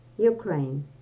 Ukraine